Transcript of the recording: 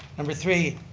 number three,